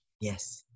Yes